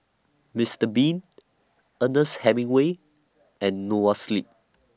Mister Bean Ernest Hemingway and Noa Sleep